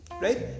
right